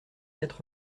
quatre